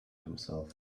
himself